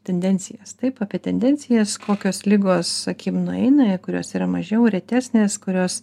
tendencijas taip apie tendencijas kokios ligos sakykim nueina į kurios yra mažiau retesnės kurios